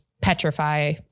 petrify